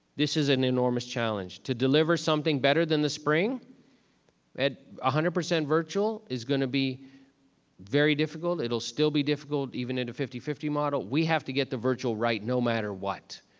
this is an enormous challenge to deliver something better than the spring at one ah hundred percent virtual, is gonna be very difficult. it'll still be difficult, even in a fifty fifty model, we have to get the virtual right, no matter what.